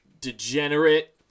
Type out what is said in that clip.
degenerate